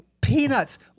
peanuts